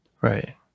Right